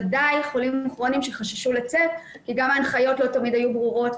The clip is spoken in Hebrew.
ודאי חולים כרוניים שחששו לצאת כי גם ההנחיות לא תמיד היו ברורות.